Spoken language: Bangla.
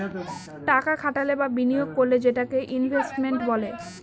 টাকা খাটালে বা বিনিয়োগ করলে সেটাকে ইনভেস্টমেন্ট বলে